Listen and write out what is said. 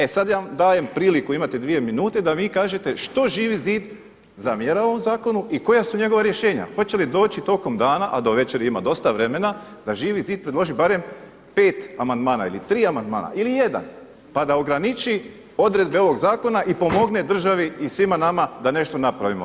E sad ja dajem priliku, imate dvije minute da vi kažete što Živi zid zamjerava ovom zakonu i koja su njegova rješenja, hoće li doći tokom dana, a do večeri ima dosta vremena da Živi zid predloži barem 5 amandmana ili tri amandmana ili jedan pa da ograniči odredbe ovog zakona i pomogne državi i svima nama da nešto napravimo.